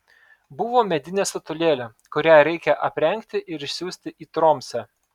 buvo medinė statulėlė kurią reikia aprengti ir išsiųsti į tromsę